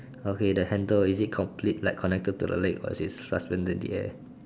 okay the handle is it complete like connected to the leg or is it suspended in the air